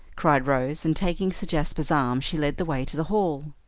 cried rose, and, taking sir jasper's arm, she led the way to the hall.